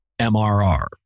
MRR